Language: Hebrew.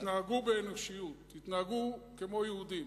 תתנהגו באנושיות, תתנהגו כמו יהודים.